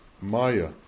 maya